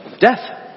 Death